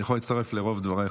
אני יכול להצטרף לרוב דבריך.